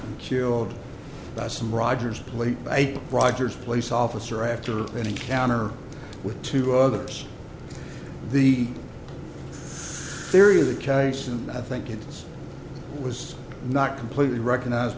and killed by some rogers late april rogers police officer after an encounter with two others the theory of the case and i think it was not completely recognized